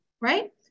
right